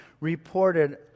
reported